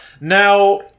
now